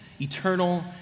eternal